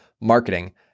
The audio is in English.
marketing